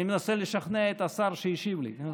אני מנסה לשכנע את השר שישיב לי.